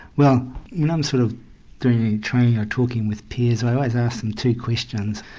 well when i'm sort of doing training or talking with peers i always ask them two questions.